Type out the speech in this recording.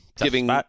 Giving